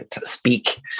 speak